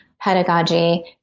pedagogy